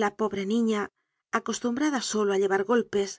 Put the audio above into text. la pobre niña acostumbrada solo á llevar golpes